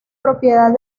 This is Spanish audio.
propiedad